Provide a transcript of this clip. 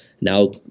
now